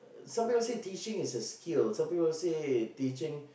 some people say teaching is a skill some people say teaching